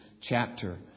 chapter